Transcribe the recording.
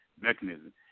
mechanism